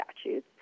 statutes